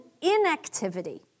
inactivity